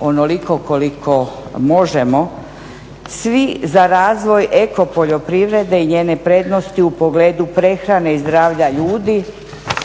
onoliko koliko možemo svi za razvoj eko poljoprivrede i njene prednosti u pogledu prehrane i zdravlja ljudi,